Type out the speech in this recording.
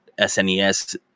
SNES